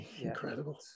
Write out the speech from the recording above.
Incredible